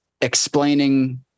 explaining